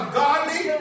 godly